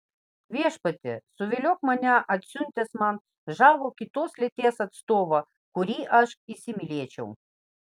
viešpatie suviliok mane atsiuntęs man žavų kitos lyties atstovą kurį aš įsimylėčiau